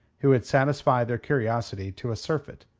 who would satisfy their curiosity to a surfeit.